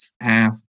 half